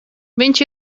viņš